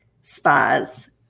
spas